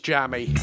Jammy